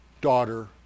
daughter